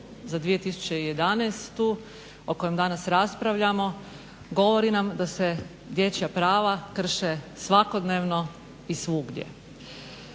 za 2011. o kojem danas raspravljamo govori nam da se dječja prava krše svakodnevno i svugdje.